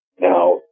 Now